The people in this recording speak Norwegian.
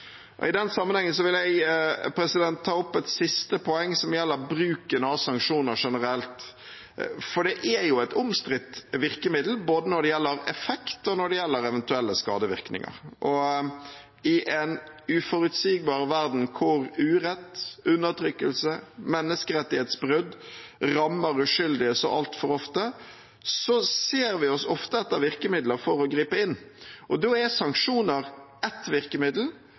I den sammenhengen vil jeg ta opp et siste poeng, som gjelder bruken av sanksjoner generelt, for det er jo et omstridt virkemiddel når det gjelder både effekt og eventuelle skadevirkninger. I en uforutsigbar verden der urett, undertrykkelse og menneskerettighetsbrudd rammer uskyldige så altfor ofte, ser vi ofte etter virkemidler for å gripe inn. Da er sanksjoner ett virkemiddel,